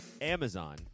Amazon